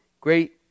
Great